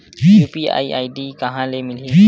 UPI ID कहां ले मिलही?